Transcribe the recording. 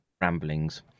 ramblings